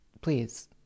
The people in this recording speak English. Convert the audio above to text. please